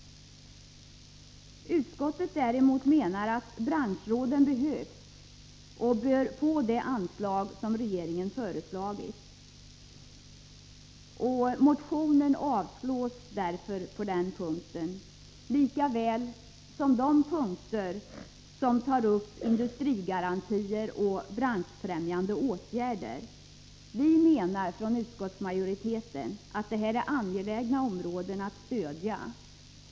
Utskottet menar däremot att branschråden behövs och bör få det anslag som regeringen föreslagit. Motionen avstyrks därför på den punkten, lika väl som på de punkter som tar upp industrigarantier och branschfrämjande åtgärder. Utskottsmajoriteten anser att detta är områden som det är angeläget att stödja.